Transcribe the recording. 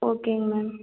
ஓகேங்க மேம்